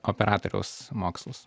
operatoriaus mokslus